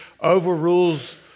overrules